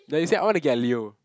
like you said I wanna get a leo